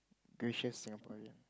gracious Singaporean